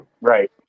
Right